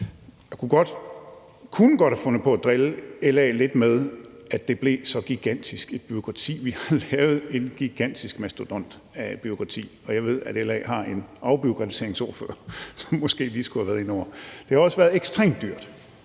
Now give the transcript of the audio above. Jeg kunne godt have fundet på at drille LA lidt med, at det blev så gigantisk et bureaukrati. Vi har lavet en gigantisk mastodont af et bureaukrati. Jeg ved, at LA har en afbureaukratiseringsordfører, som måske lige skulle have været indeover. Det har også været ekstremt dyrt.